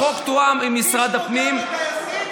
החוק תואם עם משרד הפנים, קיש פוגע בטייסים?